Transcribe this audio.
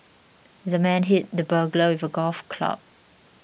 the man hit the burglar with a golf club